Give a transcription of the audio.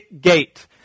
gate